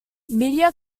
media